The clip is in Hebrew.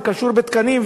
זה קשור בתקנים,